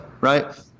right